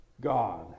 God